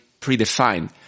predefined